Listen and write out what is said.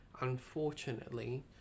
unfortunately